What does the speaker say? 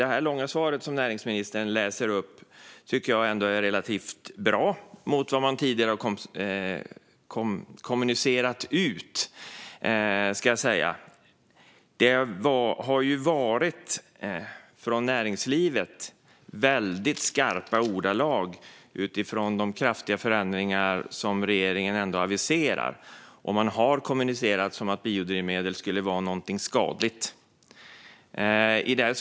Det långa svar som näringsministern läste upp tycker jag ändå är relativt bra jämfört med vad man tidigare har kommunicerat ut. Det har varit väldigt skarpa ord från näringslivet utifrån de kraftiga förändringar som regeringen ändå har aviserat. Regeringen har kommunicerat det som att biodrivmedel skulle vara någonting skadligt.